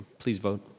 please vote.